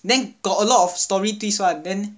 then got a lot of story twist [one] then